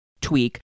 tweak